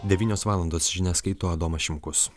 devynios valandos žinias skaito adomas šimkus